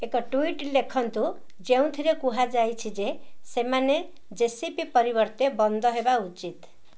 ଏକ ଟୁଇଟ୍ ଲେଖନ୍ତୁ ଯେଉଁଥିରେ କୁହାଯାଇଛି ଯେ ସେମାନେ ଜେ ସି ପି ପରିବର୍ତ୍ତେ ବନ୍ଦ ହେବା ଉଚିତ୍